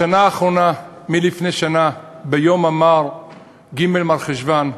בשנה האחרונה, מלפני שנה, ביום המר ג' במרחשוון,